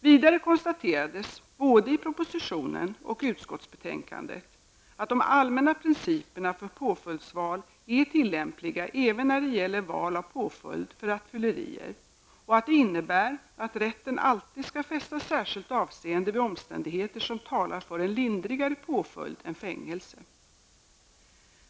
Vidare konstaterades både i propositionen och utskottsbetänkandet att de allmänna principerna för påföljdsval är tillämpliga även när det gäller val av påföljd för rattfyllerister och att det innebär att rätten alltid skall fästa särskilt avseende vid omständigheter som talar för en lindrigare påföljd än fängelse.